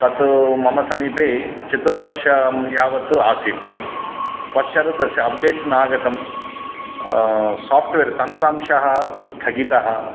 तत् मम समीपे चतुर्वषेभ्यः यावत् आसीत् पश्चात् तस्य अप्डेट्स् नागतं साफ़्ट्वेर् तन्त्रांशः स्थगितः